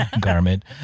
garment